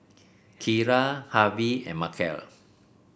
Kira Harvie and Markell